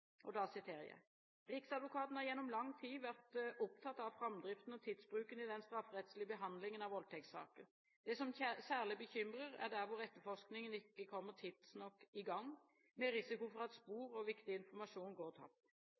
har gjennom lang tid vært opptatt av fremdriften og tidsbruken i den strafferettslige behandlingen av voldtektssaker. Det som særlig bekymrer, er der hvor etterforskingen ikke kommer tidsnok i gang, med risiko for at spor og viktig informasjon går tapt.